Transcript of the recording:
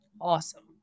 awesome